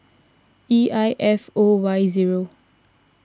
E I F O Y zero